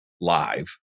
live